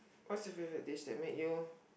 what's your favourite dish that made you